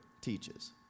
teaches